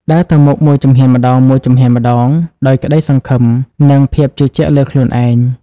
ដើរទៅមុខមួយជំហានម្តងៗ ដោយក្តីសង្ឃឹម និងភាពជឿជាក់លើខ្លួនឯង។